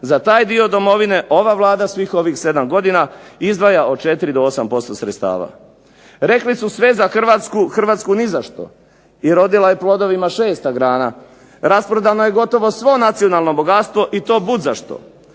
za taj dio Domovine ova Vlada svih ovih 7 godina izdvaja od 4 do 8% sredstava. Rekli su sve za Hrvatsku, Hrvatsku ni za što. I rodila je plodovima šesta grana. Rasprodano je gotovo svo nacionalno bogatstvo i to bud za što